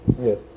Yes